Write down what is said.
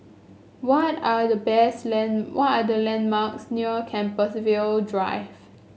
what are the best land what are the landmarks near Compassvale Drive